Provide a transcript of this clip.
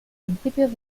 principios